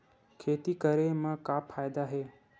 खेती करे म का फ़ायदा हे?